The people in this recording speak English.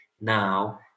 now